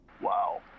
Wow